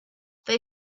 they